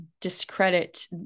discredit